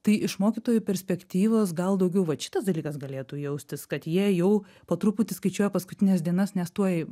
tai iš mokytojų perspektyvos gal daugiau vat šitas dalykas galėtų jaustis kad jie jau po truputį skaičiuoja paskutines dienas nes tuoj